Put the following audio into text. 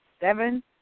seven